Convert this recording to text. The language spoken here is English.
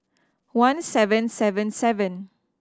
one seven seven seven